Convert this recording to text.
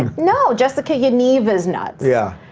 um no, jessica yaniv is nuts. yeah,